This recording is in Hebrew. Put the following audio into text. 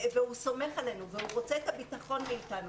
הוא סומך עלינו והוא רוצה את הביטחון מאתנו.